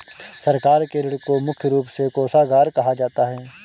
सरकार के ऋण को मुख्य रूप से कोषागार कहा जाता है